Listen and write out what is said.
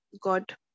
God